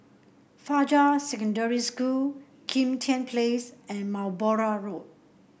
Fajar Secondary School Kim Tian Place and Balmoral Road